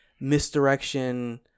misdirection